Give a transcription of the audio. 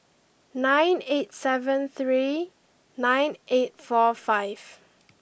nine eight seven three nine eight four five